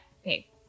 Okay